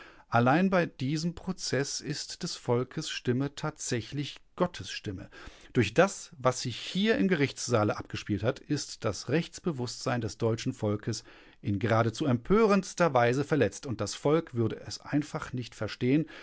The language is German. allein bei diesem prozeß ist des volkes stimme tatsächlich gottes stimme durch das was sich hier im gerichtssaale abgespielt hat ist das rechtsbewußtsein des deutschen volkes in geradezu empörendster weise verletzt und das volk würde es einfach nicht verstehen